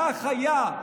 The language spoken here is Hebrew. כך היה.